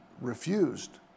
refused